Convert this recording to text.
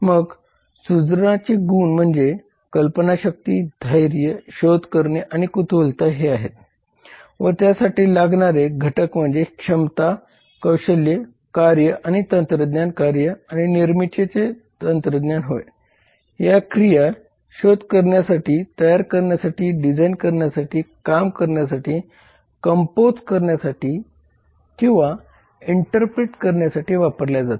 मग सृजनाचे गुण म्हणजे कल्पनाशक्ती धैर्य शोध करणे आणि कुतूहलता हे आहेत व त्यासाठी लागणारे घटक म्हणजे क्षमता कौशल्ये कार्ये आणि तंत्रज्ञान कार्य आणि निर्मितीची तंत्रज्ञान होय या क्रिया शोध करण्यासाठी तयार करण्यासाठी डिझाईन करण्यासाठी काम करण्यासाठी कम्पोझ करण्यासाठी किंवा इंटरप्रीट करण्यासाठी वापरल्या जातात